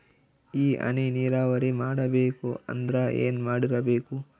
ಈ ಹನಿ ನೀರಾವರಿ ಮಾಡಬೇಕು ಅಂದ್ರ ಏನ್ ಮಾಡಿರಬೇಕು?